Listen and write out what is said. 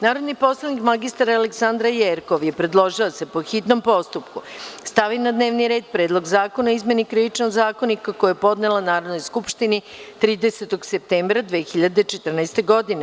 Narodni poslanik mr Aleksandra Jerkov je predložila da se, po hitnom postupku, stavi na dnevni red Predlog zakona o izmeni Krivičnog zakonika, koji je podnela Narodnoj skupštini 30. septembra 2014. godine.